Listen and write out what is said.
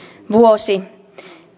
vuosi